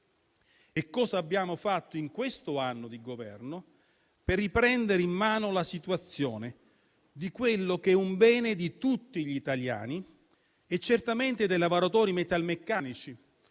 e cosa abbiamo fatto in questo anno di Governo per riprendere in mano la situazione di quello che è un bene di tutti gli italiani e certamente dei lavoratori metalmeccanici